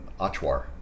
Achuar